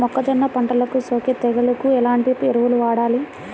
మొక్కజొన్న పంటలకు సోకే తెగుళ్లకు ఎలాంటి ఎరువులు వాడాలి?